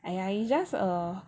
!aiya! it's just err